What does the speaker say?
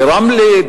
ברמלה,